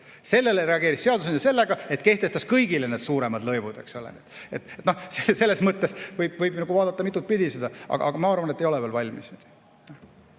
Sellele reageeris seadusandja sellega, et kehtestas kõigile suuremad lõivud. Selles mõttes võib seda vaadata mitut pidi. Aga ma arvan, et me ei ole veel valmis.